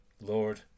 lord